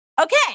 Okay